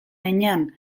heinean